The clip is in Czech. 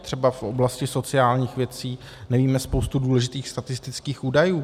Třeba v oblasti sociálních věcí nevíme spoustu důležitých statistických údajů.